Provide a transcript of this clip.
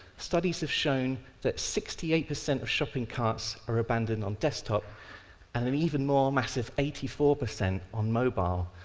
studies have shown that sixty eight per cent of shopping carts are abandoned on desktop and and even more massive eighty four per cent on mobile.